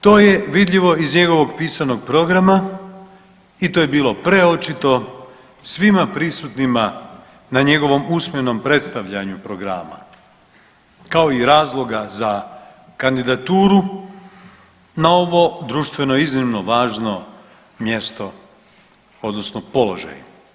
To je vidljivo iz njegovog pisanog programa i to je bilo preočito svima prisutnima na njegovom usmenom predstavljanju programa, kao i razloga za kandidaturu na ovo društveno iznimno važno mjesto, odnosno položaj.